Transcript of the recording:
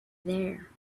there